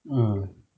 mm